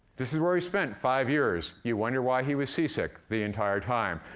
this is where he spent five years. you wonder why he was seasick the entire time.